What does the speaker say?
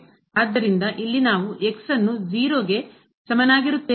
ಆದ್ದರಿಂದ ಇಲ್ಲಿ ನಾವು ಅನ್ನು 0 ಗೆ ಸಮನಾಗಿರುತ್ತೇವೆ ಮತ್ತು ಚದರ ಮತ್ತೆ ಚದರವಾಗಿರುತ್ತದೆ